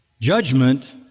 judgment